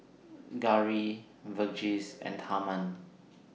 Gauri Verghese and Tharman